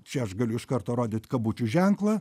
čia aš galiu iš karto rodyt kabučių ženklą